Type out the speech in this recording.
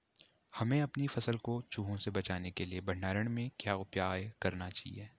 हमें अपनी फसल को चूहों से बचाने के लिए भंडारण में क्या उपाय करने चाहिए?